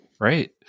right